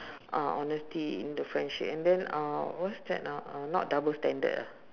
ah honesty in the friendship and then uh what's that ah uh not double standard uh